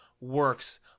works